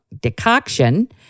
decoction